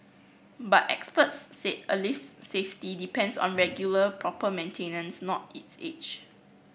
but experts said a lift's safety depends on regular proper maintenance not its age